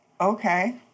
Okay